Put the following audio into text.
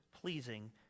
pleasing